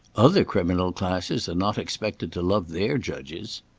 other criminal classes are not expected to love their judges.